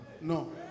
no